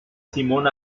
simón